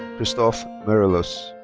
christophe merilus.